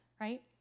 right